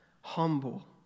humble